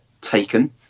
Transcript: taken